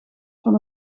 van